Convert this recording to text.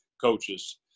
coaches